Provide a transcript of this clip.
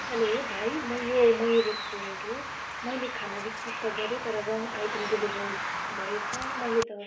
hello भाइ म यो मयुर रेस्टुरेन्ट हो मैले खाना रिसिभ त गरेँ तर रङ आइटम डेलिभर भएछ मैले त